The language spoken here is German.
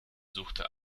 suchte